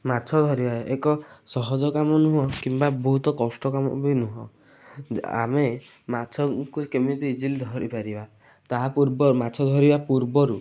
ମାଛ ଧରିବା ଏକ ସହଜ କାମ ନୁହେଁ କିମ୍ବା ବହୁତ କଷ୍ଟ କାମ ବି ନୁହେଁ ଆମେ ମାଛଙ୍କୁ କେମିତି ଇଜିଲି ଧରିପାରିବା ତାହା ପୂର୍ବରୁ ମାଛ ଧରିବା ପୂର୍ବରୁ